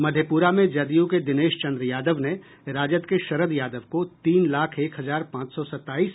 मधेपुरा में जदयू के दिनेश चंद्र यादव ने राजद के शरद यादव को तीन लाख एक हजार पांच सौ सत्ताईस